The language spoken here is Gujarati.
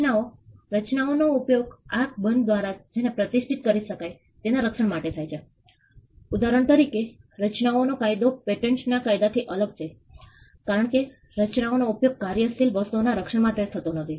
રચનાઓ રચનાઓ નો ઉપયોગ આંખ દ્વારા જેને પ્રતિષ્ઠિત કરી શકાય તેના રક્ષણ માટે થાય છે ઉદાહરણ તરીકે રચનાઓનો કાયદો પેટન્ટના કાયદાથી અલગ છે કારણ કે રચનાઓ નો ઉપયોગ ક્રિયાશીલ વસ્તુઓના રક્ષણ માટે થતો નથી